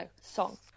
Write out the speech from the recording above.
song